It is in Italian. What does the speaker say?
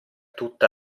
tutta